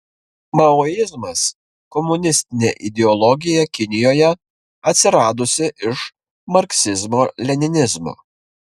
maoizmas komunistinė ideologija kinijoje atsiradusi iš marksizmo leninizmo